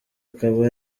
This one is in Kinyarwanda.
akaba